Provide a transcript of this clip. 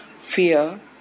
fear